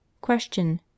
Question